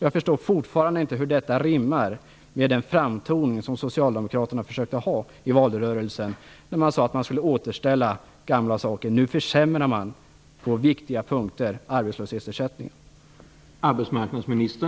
Jag förstår fortfarande inte hur det rimmar med den framtoning som Socialdemokraterna försökte ha i valrörelsen när man sade att man skulle återställa det gamla. Nu försämrar man arbetslöshetsersättningen på viktiga punkter.